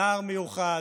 נער מיוחד,